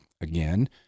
Again